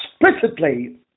explicitly